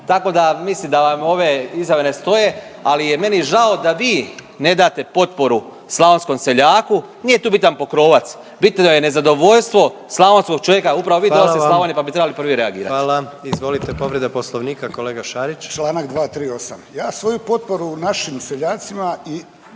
Tako da mislim da vam ove izjave ne stoje, ali je meni žao da vi ne date potporu slavonskom seljaku. Nije tu bitan Pokrovac, bitno je nezadovoljstvo slavonskog čovjeka. Upravo vi dolazite iz Slavonije pa bi trebali prvi reagirati. **Jandroković, Gordan (HDZ)** Hvala. Izvolite povreda Poslovnika kolega Šarić. **Šarić, Josip (HDZ)** Članak 238. Ja svoju potporu našim seljacima i